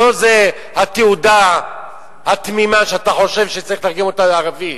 לא התעודה התמימה שאתה חושב שצריך לתרגם אותה לערבית.